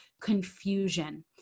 confusion